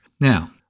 Now